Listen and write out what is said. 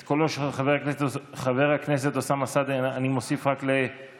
את קולו של חבר הכנסת אוסאמה סעדי אני מוסיף רק לפרוטוקול.